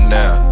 now